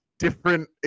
different